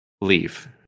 leave